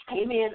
amen